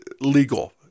legal